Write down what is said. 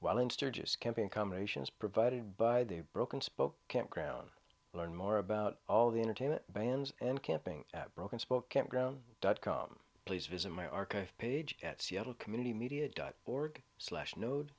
while in sturgis camping combinations provided by the broken spoke campground learn more about all the entertainment bans and camping at broken spoke campground dot com please visit my archive page at seattle community media dot org slash node